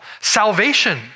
Salvation